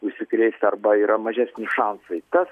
užsikrėst arba yra mažesni šansai tas